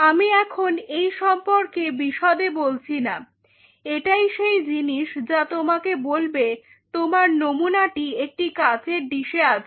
আমি এখন এই সম্পর্কে বিশদে বলছি না এটাই সেই জিনিস যা তোমাকে বলবে তোমার নমুনাটি একটি কাঁচের ডিশে আছে